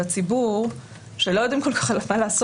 פניות של הציבור שלא יודעים כל כך מה לעשות.